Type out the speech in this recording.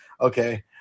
okay